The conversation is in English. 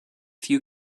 few